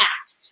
act